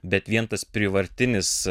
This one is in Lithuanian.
bet vien tas prievartinis